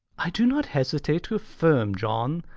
i do not hesitate to affirm, john,